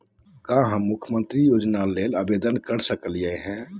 का हम मुख्यमंत्री योजना ला आवेदन कर सकली हई?